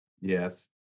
Yes